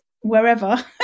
wherever